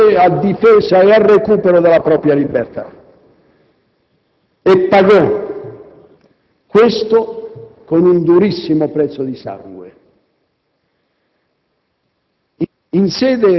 che un popolo insorse a difesa e a recupero della propria libertà e pagò questo con un durissimo prezzo di sangue.